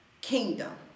kingdom